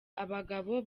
abagabo